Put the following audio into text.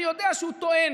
אני יודע שהוא טוען,